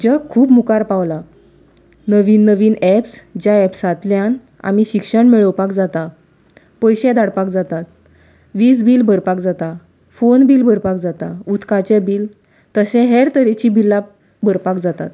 जग खूब मुखार पावलां नवीन नवीन एप्स ज्या एप्सांतल्यान आमी शिक्षण मेळोवपाक जाता पयशे धाडपाक जातात वीज बील भरपाक जाता फोन बील भरपाक जाता उदकाचें बील तशेंच हेर तरेचीं बिलां भरपाक जातात